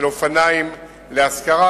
של אופניים להשכרה,